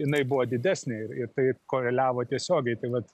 jinai buvo didesnė ir ir tai koreliavo tiesiogiai tai vat